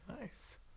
Nice